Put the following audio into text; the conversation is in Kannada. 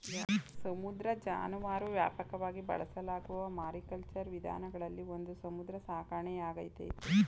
ಸಮುದ್ರ ಜಾನುವಾರು ವ್ಯಾಪಕವಾಗಿ ಬಳಸಲಾಗುವ ಮಾರಿಕಲ್ಚರ್ ವಿಧಾನಗಳಲ್ಲಿ ಒಂದು ಸಮುದ್ರ ಸಾಕಣೆಯಾಗೈತೆ